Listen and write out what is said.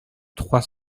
trois